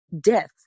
death